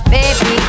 Baby